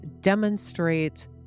demonstrate